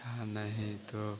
था नहीं तो